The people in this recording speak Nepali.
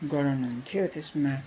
गराउनुहुन्थ्यो त्यसमा